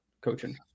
coaching